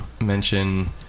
mention